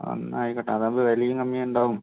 അന്നായിക്കോട്ടെ അതാകുമ്പോൾ വിലയും കമ്മിയുണ്ടാകും